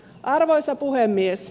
arvoisa puhemies